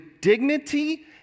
dignity